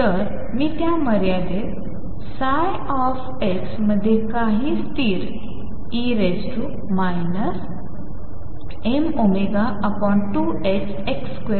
तर मी त्या मर्यादीत ψ मध्ये काही स्थिर e mω2ℏx2